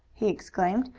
he exclaimed.